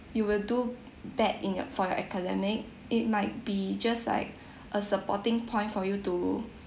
you will do bad in your for your academic it might be just like a supporting point for you to